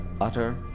utter